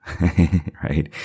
right